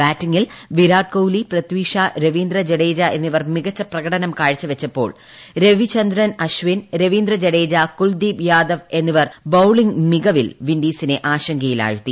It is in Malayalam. ബാറ്റിങ്ങിൽ വിരാട് കോഹ്ലി പൃഥി ഷാ രവീന്ദ്ര ജഡേജ എന്നിവർ മികച്ച പ്രകടനം കാഴ്ചവച്ചപ്പോൾ രവീന്ദ്ര ജഡേജ രവിചന്ദ്രൻ അശ്വിൻ കുൽദിപ് യാദവ് എന്നിവർ ബൌളിംഗ് മികവിൽ വിന്റീ സിനെ ആശങ്കയിലാഴ്ത്തി